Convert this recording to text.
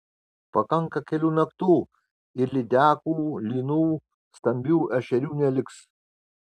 pakanka kelių naktų ir lydekų lynų stambių ešerių neliks